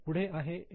पुढे आहे एम